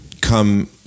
come